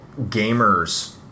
gamers